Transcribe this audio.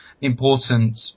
important